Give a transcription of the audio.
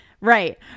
Right